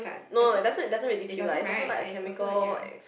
no it doesn't it doesn't really kill lah its also like a chemical ex~